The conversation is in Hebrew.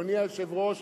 אדוני היושב-ראש,